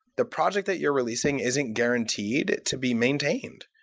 the project that you're releasing isn't guaranteed to be maintained.